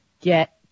get